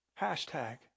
Hashtag